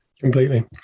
Completely